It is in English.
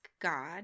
God